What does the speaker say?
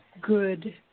good